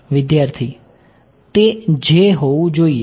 વિદ્યાર્થી તે j હોવું જોઈએ